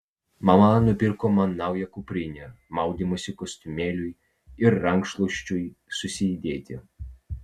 mama nupirko man naują kuprinę maudymosi kostiumėliui ir rankšluosčiui susidėti